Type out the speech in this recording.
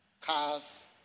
cars